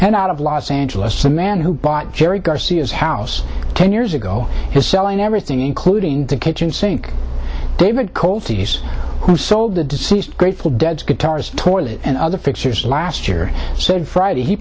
and out of los angeles the man who bought jerry garcia's house ten years ago is selling everything including the kitchen sink david cole to us who sold the deceased grateful dead guitars toilet and other fixtures last year said friday he